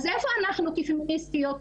אז איפה אנחנו כפמיניסטיות?